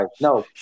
No